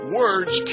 words